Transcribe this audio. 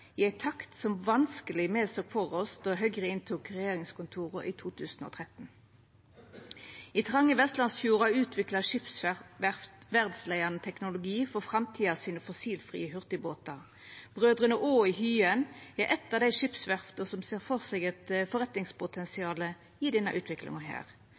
i ei takt som me vanskeleg såg for oss då Høgre inntok regjeringskontora i 2013. I tronge vestlandsfjordar utviklar skipsverft verdsleiande teknologi for framtidas fossilfrie hurtigbåtar. Brødrene Aa i Hyen er eit av dei skipsverfta som ser for seg eit forretningspotensial i denne utviklinga.